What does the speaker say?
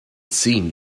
seemed